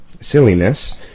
silliness